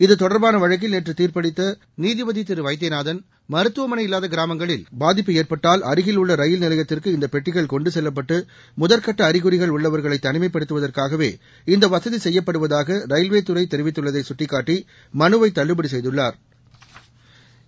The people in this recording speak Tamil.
இது தொடர்பான வழக்கில் நேற்று தீர்ப்பளித்த நீதிபதி வைத்தியநாதன் மருத்துவமனை இல்லாத கிராமங்களில் பாதிப்பு ஏற்பட்டால் அருகில் உள்ள ரயில் நிலையத்திற்கு இந்த பெட்டிகள் கொண்டு செல்லப்பட்டு முதற்கட்ட அறிகுறிகள் உள்ளவர்களை தனிமைப்படுத்துவதற்காகவே இந்த வசதி செய்யப்படுவதாக ரயில்வே துறை தெரிவித்துள்ளதை சுட்டிக்காட்டி மனுவை தள்ளுபடி செய்துள்ளாா்